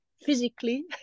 physically